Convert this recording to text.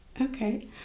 okay